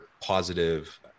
positive